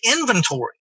inventory